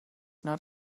not